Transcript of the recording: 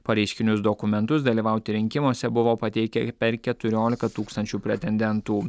pareiškinius dokumentus dalyvauti rinkimuose buvo pateikę per keturiolika tūkstančių pretendentų